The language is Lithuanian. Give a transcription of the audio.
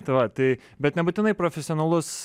tai va tai bet nebūtinai profesionalus